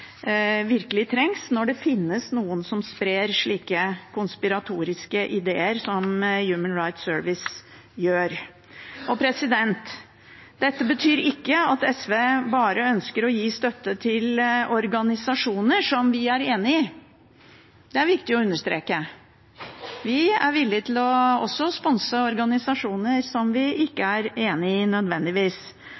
virkelig trengs når det finnes noen som sprer slike konspiratoriske ideer som Human Rights Service gjør. Dette betyr ikke at SV bare ønsker å gi støtte til organisasjoner vi er enig med – det er viktig å understreke. Vi er villig til også å sponse organisasjoner som vi ikke